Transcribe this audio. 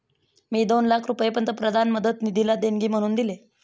मी दोन लाख रुपये पंतप्रधान मदत निधीला देणगी म्हणून दिले